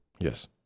yes